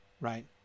right